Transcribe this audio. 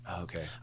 Okay